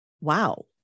wow